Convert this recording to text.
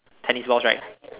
tennis balls right